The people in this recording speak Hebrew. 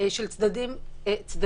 של צדדי ג'.